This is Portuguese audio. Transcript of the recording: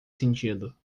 sentido